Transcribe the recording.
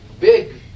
big